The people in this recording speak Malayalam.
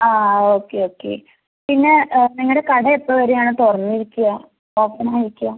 ആ ആ ഓക്കെ ഓക്കെ പിന്നെ നിങ്ങളുടെ കട എപ്പോൾ വരെയാണ് തുറന്നിരിക്കുക ഓപ്പണായിരിക്കുക